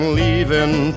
leaving